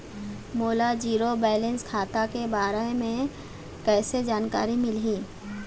मोला zero balance खाता के बारे म कैसे जानकारी मिलही?